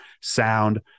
sound